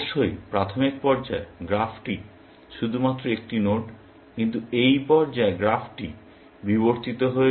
অবশ্যই প্রাথমিক পর্যায়ে গ্রাফটি শুধুমাত্র একটি নোড কিন্তু এই পর্যায়ে গ্রাফটি বিবর্তিত হয়েছে